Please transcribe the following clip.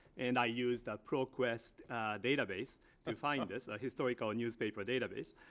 and i use the proquest database to find this, a historical and newspaper database.